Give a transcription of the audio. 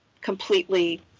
completely